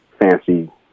fancy